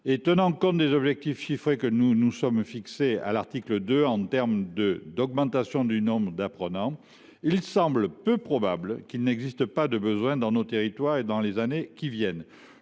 et tenant compte des objectifs chiffrés que nous nous sommes fixés à l’article 2 en termes d’augmentation du nombre d’apprenants, il semble peu probable qu’il n’existe pas de besoins dans nos territoires dans les années qui viennent.